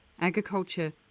agriculture